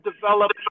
develop